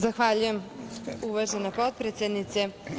Zahvaljujem, uvažena potpredsednice.